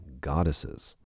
goddesses